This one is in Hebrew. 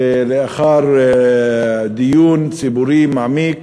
לאחר דיון ציבורי מעמיק,